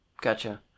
Gotcha